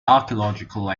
archeological